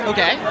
Okay